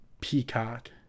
Peacock